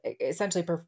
essentially